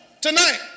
tonight